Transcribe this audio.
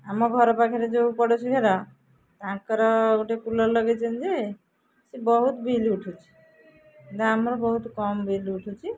ଆମ ଘର ପାଖରେ ଯେଉଁ ପଡ଼ୋଶୀ ଘର ତାଙ୍କର ଗୋଟେ କୁଲର୍ ଲଗେଇଛନ୍ତି ଯେ ସେ ବହୁତ ବିଲ୍ ଉଠୁଛିି ଆମର ବହୁତ କମ୍ ବିଲ୍ ଉଠୁଛିି